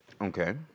Okay